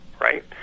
right